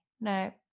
no